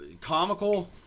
comical